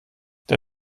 der